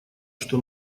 что